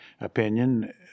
opinion